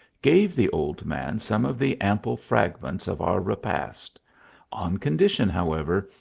gave the old man some of the ample fragments of our repast on condition, however,